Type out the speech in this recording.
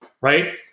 right